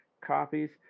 copies